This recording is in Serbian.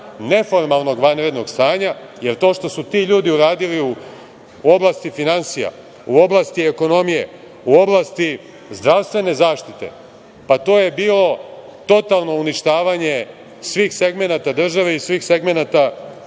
neformalnog vanrednog stanja, jer to što su ti ljudi uradili u oblasti finansija, u oblasti ekonomije, u oblasti zdravstvene zaštite, pa to je bilo totalno uništavanje svih segmenata države i svih segmenata